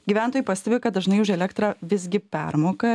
gyventojai pastebi kad dažnai už elektrą visgi permoka